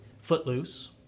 footloose